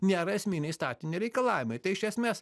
nėra esminiai statinio reikalavimai tai iš esmės